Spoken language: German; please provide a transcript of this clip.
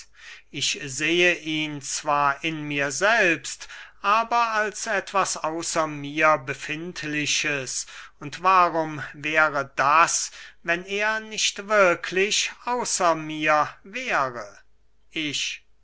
ich sehe ihn zwar in mir selbst aber als etwas außer mir befindliches und warum wäre das wenn er nicht wirklich außer mir wäre ich